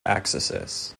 accesses